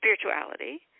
spirituality